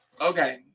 okay